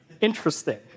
interesting